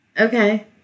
Okay